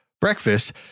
breakfast